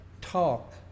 talk